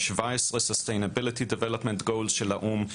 יש 17 sustainability development goal של האו"ם.